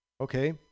okay